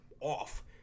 off